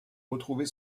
retrouver